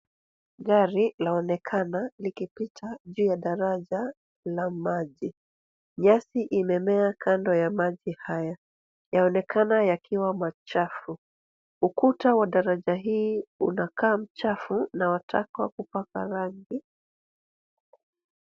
Gari laonekana likipita juu ya daraja la maji. Nyasi imemea kando ya maji haya, yaonekana yakiwa machafu .Ukuta wa daraja hii unakaa mchafu na wataka kupakwa rangi.